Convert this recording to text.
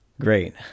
Great